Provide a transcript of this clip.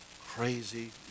crazy